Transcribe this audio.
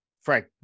Frank